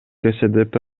ксдп